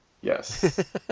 Yes